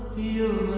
you